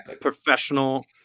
professional